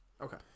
Okay